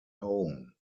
home